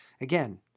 again